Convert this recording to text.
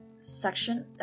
section